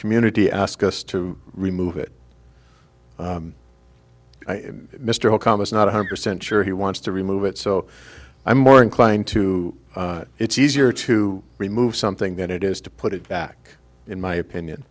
community ask us to remove it mr holcombe is not a hundred percent sure he wants to remove it so i'm more inclined to it's easier to remove something than it is to put it back in my opinion